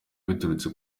biturutse